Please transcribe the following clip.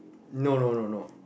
no no no no